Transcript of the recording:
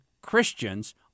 Christians